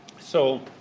so,